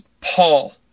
Paul